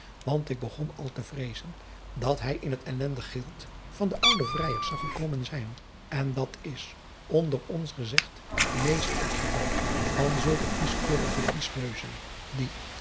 want ik begon al te driaan oosjes zn et leven van illegonda uisman vreezen dat hij in het ellendig gild van de oude vrijers zou gekomen zijn n dat is onder ons gezegd meest het geval van zulke kieskeurige viesneuzen die